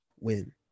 win